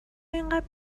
اینقد